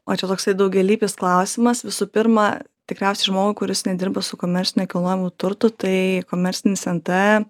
o čia toks daugialypis klausimas visų pirma tikriausiai žmogui kuris nedirba su komerciniu nekilnojamu turtu tai komercinis nt